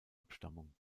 abstammung